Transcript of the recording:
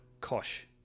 Kosh